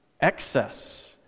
Excess